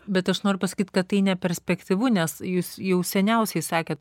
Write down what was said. bet aš noriu pasakyt kad tai neperspektyvu nes jūs jau seniausiai sakėt